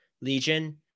legion